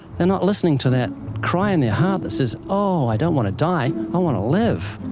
they're not listening to that cry in their heart that says, oh, i don't want to die, i want to live.